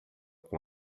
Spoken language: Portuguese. com